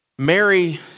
Mary